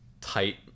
tight